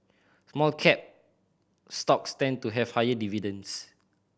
small cap stocks tend to have higher dividends